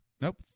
Nope